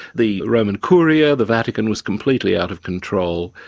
the roman curia, the vatican was completely out of control,